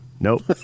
Nope